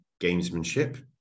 gamesmanship